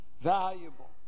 valuable